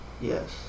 Yes